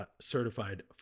certified